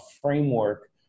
framework